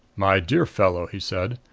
my dear fellow, he said,